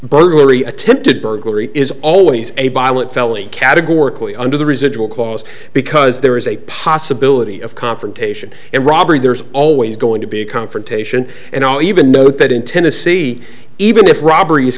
burglary attempted burglary is always a violent felony categorically under the residual clause because there is a possibility of confrontation and robbery there's always going to be a confrontation and even note that in tennessee even if robber